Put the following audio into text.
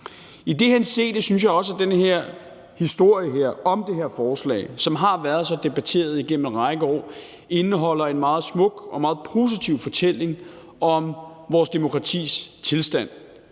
I den henseende synes jeg også, at historien om det her forslag, som har været så debatteret igennem en række år, indeholder en meget smuk og meget positiv fortælling om vores demokratis tilstand.